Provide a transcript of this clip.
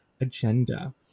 agenda